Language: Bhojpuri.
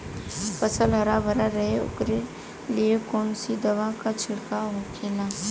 फसल हरा भरा रहे वोकरे लिए कौन सी दवा का छिड़काव होखेला?